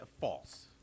False